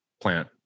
plant